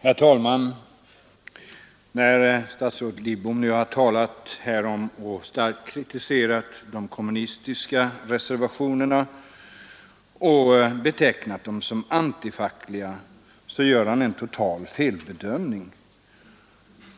Herr talman! När statsrådet Lidbom starkt kritiserar de kommunistiska reservationerna och betecknat dem som antifackliga, gör han en total felbedömning.